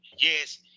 Yes